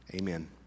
Amen